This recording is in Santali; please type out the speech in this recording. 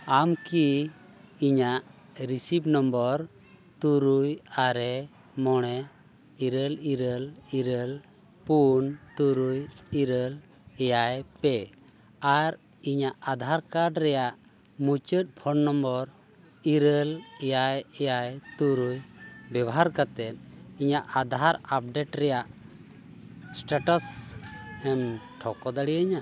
ᱟᱢ ᱠᱤ ᱤᱧᱟᱹᱜ ᱨᱮᱥᱤᱵᱷ ᱱᱟᱢᱵᱟᱨ ᱛᱩᱨᱩᱭ ᱟᱨᱮ ᱢᱚᱬᱮ ᱤᱨᱟᱹᱞ ᱤᱨᱟᱹᱞ ᱤᱨᱟᱹᱞ ᱯᱩᱱ ᱛᱩᱨᱩᱭ ᱤᱨᱟᱹᱞ ᱮᱭᱟᱭ ᱯᱮ ᱟᱨ ᱤᱧᱹᱜ ᱟᱫᱷᱟᱨ ᱠᱟᱨᱰ ᱨᱮᱭᱟᱜ ᱢᱩᱪᱟᱹᱫ ᱯᱷᱳᱱ ᱱᱟᱢᱵᱟᱨ ᱤᱨᱟᱹᱞ ᱮᱭᱟᱭ ᱮᱭᱟᱭ ᱛᱩᱨᱩᱭ ᱵᱮᱵᱚᱦᱟᱨ ᱠᱟᱛᱮᱫ ᱤᱧᱟᱹᱜ ᱟᱫᱷᱟᱨ ᱟᱯᱰᱮᱴ ᱨᱮᱭᱟᱜ ᱮᱥᱴᱮᱴᱟᱥ ᱮᱢ ᱴᱷᱟᱹᱣᱠᱟᱹ ᱫᱟᱲᱮᱭᱤᱧᱟᱹ